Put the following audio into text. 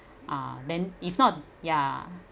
ah then if not ya